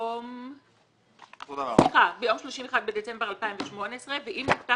ביום 31 בדצמבר 2018 ואם נפתח